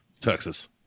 texas